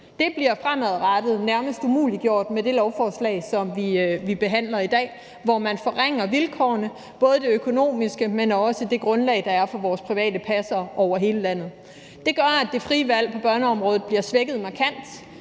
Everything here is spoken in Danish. Det bliver fremadrettet nærmest umuliggjort med det lovforslag, som vi behandler i dag, hvor man forringer vilkårene. Det gælder ikke bare de økonomiske vilkår, men også det grundlag, der er for vores private passere over hele landet. Det gør, at det frie valg på børneområdet bliver svækket markant.